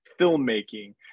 filmmaking